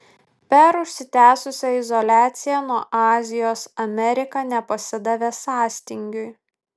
per užsitęsusią izoliaciją nuo azijos amerika nepasidavė sąstingiui